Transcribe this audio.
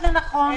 רוצה להכשיר דבר?